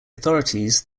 authorities